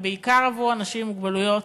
ובעיקר עבור אנשים עם מוגבלות,